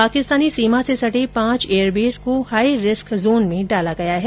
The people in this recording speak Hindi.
पाकिस्तानी सीमा से सटे पांच एयरबेस को हाईरिस्क जोने में डाला गया है